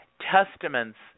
testaments